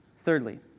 Thirdly